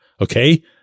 okay